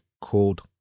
called